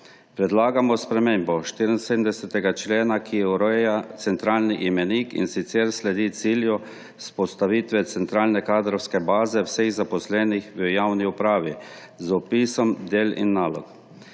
Predlagamo spremembo 74. člena, ki ureja centralni imenik, in sicer sledi cilju vzpostavitve centralne kadrovske baze vseh zaposlenih v javni upravi z opisom del in nalog.